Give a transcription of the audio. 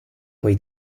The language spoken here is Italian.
quei